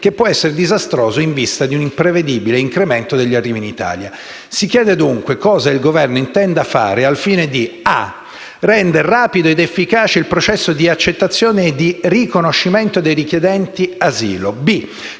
che può essere disastroso in vista di un prevedibile incremento degli arrivi in Italia. Si chiede, dunque, cosa il Governo intenda fare al fine di: rendere rapido ed efficace il processo d'accettazione e di riconoscimento dei richiedenti asilo;